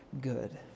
good